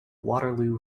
waterloo